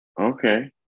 Okay